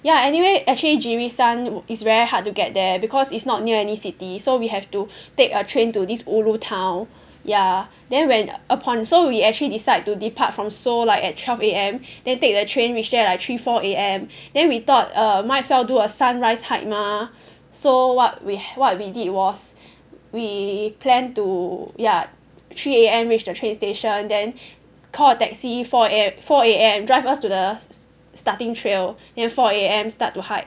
ya anyway actually Jirisan is very hard to get there because it's not near any city so we have to take a train to this ulu town ya then when upon so we actually decide to depart from Seoul like at twelve A_M then take the train reach there like three four A_M then we thought err might as well do a sunrise hike mah so what we what we did was we plan to ya three A_M reach the train station then call a taxi four A_M four A_M drive us to the starting trail then four A_M start to hike